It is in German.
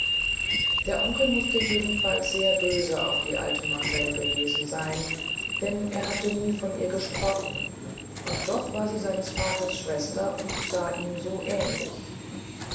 der onkel mußte jedenfalls sehr böse auf die alte mamsell gewesen sein denn er hatte nie von ihr gesprochen und doch war sie seines vaters schwester und sah ihm so ähnlich